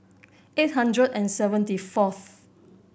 eight hundred and seventy fourth